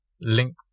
link